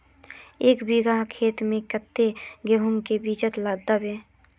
एक बिगहा खेत में कते गेहूम के बिचन दबे?